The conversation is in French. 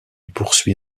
poursuit